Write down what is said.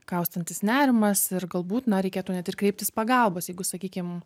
kaustantis nerimas ir galbūt na reikėtų net ir kreiptis pagalbos jeigu sakykim